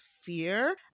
fear